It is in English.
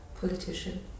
politician